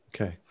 Okay